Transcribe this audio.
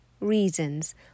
reasons